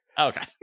Okay